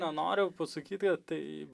na noriu pasakyt kad tai